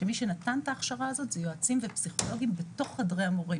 שמי שנתן את ההכשרה הזאת זה יועצים ופסיכולוגיים בתוך חדרי המורים,